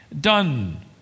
done